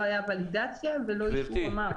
לא הייתה ולידציה ולא אישור אמ"ר.